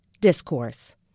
discourse